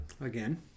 Again